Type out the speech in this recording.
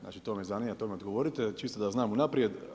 Znači to me zanima, to mi odgovorite čisto da znam unaprijed.